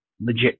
legit